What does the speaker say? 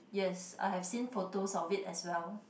yes I have seen photos of it as well